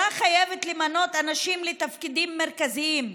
דקה לסיום.